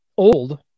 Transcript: old